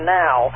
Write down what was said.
now